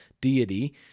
deity